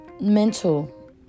mental